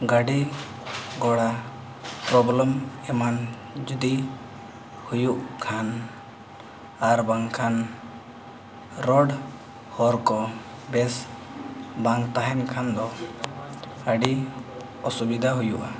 ᱜᱟᱹᱰᱤ ᱜᱷᱳᱲᱟ ᱮᱢᱟᱱ ᱡᱩᱫᱤ ᱦᱩᱭᱩᱜ ᱠᱷᱟᱱ ᱟᱨ ᱵᱟᱝᱠᱷᱟᱱ ᱦᱚᱨ ᱠᱚ ᱵᱮᱥ ᱵᱟᱝ ᱛᱟᱦᱮᱱ ᱠᱷᱟᱱ ᱫᱚ ᱟᱹᱰᱤ ᱚᱥᱩᱵᱤᱫᱷᱟ ᱦᱩᱭᱩᱜᱼᱟ